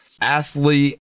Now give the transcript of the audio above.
athlete